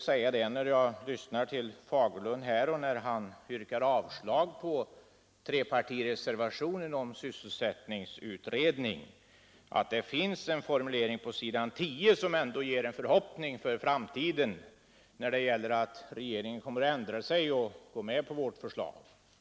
Herr Fagerlund yrkade avslag på trepartireservationen om sysselsättningsutredning, men jag vill säga att det finns en formulering på s. 10 i betänkandet som ändå ger en förhoppning för framtiden om att regeringen kommer att ändra sig och gå med på vårt förslag.